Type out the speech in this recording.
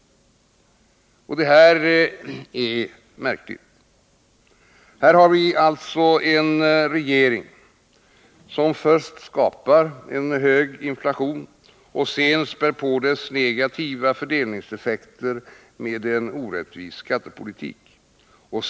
Detta är märkligt. Här har vi alltså en regering som först skapar en extrem inflation och sedan späder på dess negativa fördelningseffekter med en orättvis skattepolitik.